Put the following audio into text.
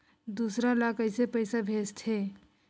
दूसरा ला कइसे पईसा भेजथे?